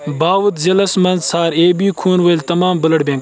باودھ ضلعس مَنٛز ژھار اے بی خوٗن وٲلۍ تمام بلڈ بینک